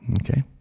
Okay